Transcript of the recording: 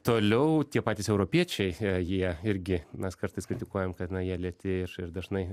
toliau tie patys europiečiai jie irgi mes kartais kritikuojam kad na jie lėti ir ir dažnai